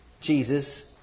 Jesus